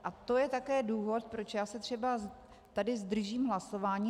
A to je také důvod, proč já se třeba tady zdržím hlasování.